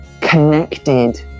connected